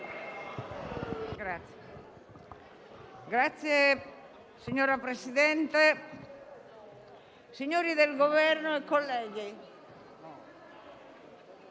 Grazie,